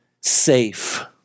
safe